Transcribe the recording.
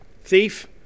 thief